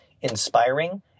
inspiring